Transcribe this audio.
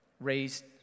raised